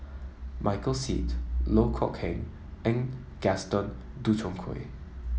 Michael Seet Loh Kok Keng and Gaston Dutronquoy